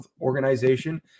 organization